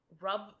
rub